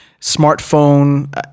smartphone